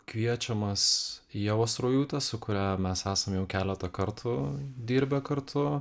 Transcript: kviečiamas ievos rojūtės su kuria mes esame jau keletą kartų dirbę kartu